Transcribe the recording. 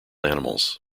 animals